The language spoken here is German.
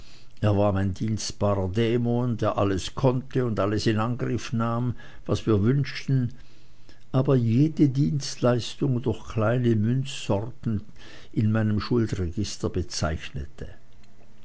er war mein dienstbarer dämon der alles konnte und alles in angriff nahm was wir wünschten aber jede dienstleistung durch kleine münzsorten in meinem schuldregister bezeichnete